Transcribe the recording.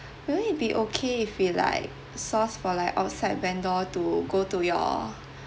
will it be okay if we like source for like outside vendor to go to your